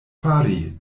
fari